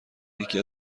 یکی